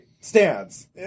stands